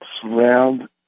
surround